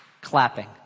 clapping